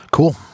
cool